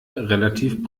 relativ